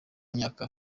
myaka